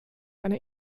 einer